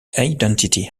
identity